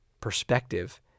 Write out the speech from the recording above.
perspective